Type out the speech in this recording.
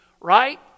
right